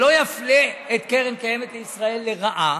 שלא יפלה את קרן קיימת לישראל לרעה,